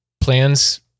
plans